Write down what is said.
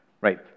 Right